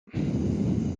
lait